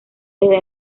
desde